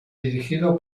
dirigido